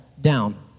down